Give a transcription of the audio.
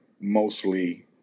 mostly